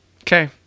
okay